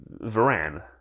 Varan